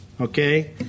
okay